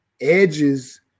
edges